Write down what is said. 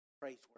praiseworthy